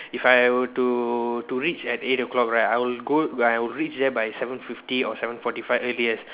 if I were to to reach at eight O-clock right I will go I will reach there by seven fifty or seven forty five earliest